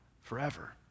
Forever